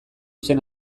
zen